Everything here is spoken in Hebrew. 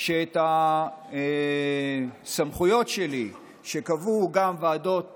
עם הסמכויות שלי שקבעו גם ועדות קודמות,